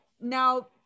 now